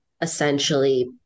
essentially